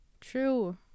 true